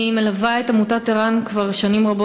אני מלווה את עמותת ער"ן כבר שנים רבות,